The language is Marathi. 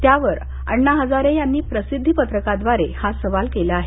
त्यावर अण्णा हजारे यांनी प्रसिद्धी पत्रकाद्वारे हा सवाल केला आहे